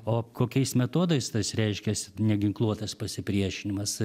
o kokiais metodais tas reiškiasi neginkluotas pasipriešinimas